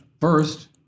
first